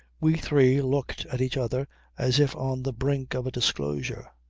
we three looked at each other as if on the brink of a disclosure.